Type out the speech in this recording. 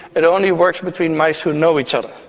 it only works between mice who know each other.